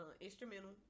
Instrumental